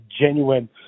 genuine